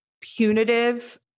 punitive